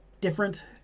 different